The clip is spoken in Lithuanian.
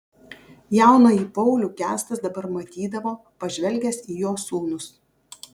jaunąjį paulių kęstas dabar matydavo pažvelgęs į jo sūnus